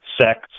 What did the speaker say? sex